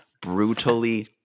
brutally